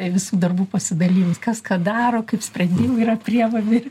visų darbų pasidalinimas kas ką daro kaip sprendimai priimami ir